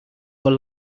were